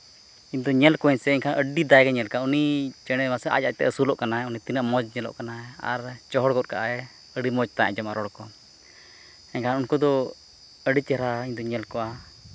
ᱤᱧ ᱫᱚ ᱧᱮᱞ ᱠᱚᱣᱟᱹᱧ ᱥᱮ ᱮᱱᱠᱷᱟᱱ ᱟᱹᱰᱤ ᱫᱟᱭᱟ ᱜᱮᱧ ᱧᱮᱞ ᱠᱚᱣᱟ ᱩᱱᱤ ᱪᱮᱬᱮ ᱢᱟᱥᱮ ᱟᱡ ᱟᱡᱛᱮ ᱟᱹᱥᱩᱞᱚᱜ ᱠᱟᱱᱟᱭ ᱩᱱᱤ ᱛᱤᱱᱟᱹᱜ ᱢᱚᱡᱽ ᱧᱮᱞᱚᱜ ᱠᱟᱱᱟᱭ ᱟᱨ ᱪᱚᱦᱚᱲ ᱜᱚᱫ ᱠᱟᱜ ᱟᱭ ᱟᱹᱰᱤ ᱢᱚᱡᱽᱛᱟᱭ ᱟᱡᱚᱢᱜᱼᱟ ᱨᱚᱲ ᱠᱚ ᱮᱱᱠᱷᱟᱱ ᱩᱱᱠᱩ ᱫᱚ ᱟᱹᱰᱤ ᱪᱮᱦᱨᱟ ᱤᱧ ᱫᱚᱧ ᱧᱮᱞ ᱠᱚᱣᱟ